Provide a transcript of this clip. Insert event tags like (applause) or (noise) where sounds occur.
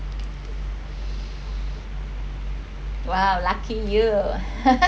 !wah! lucky you (laughs)